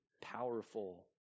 powerful